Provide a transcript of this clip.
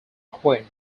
queen